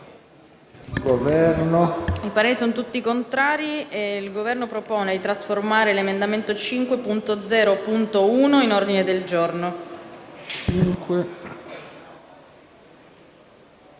e propongo di trasformare l'emendamento 5.0.1 in ordine del giorno.